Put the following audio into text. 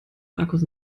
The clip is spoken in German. markus